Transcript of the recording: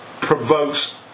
provokes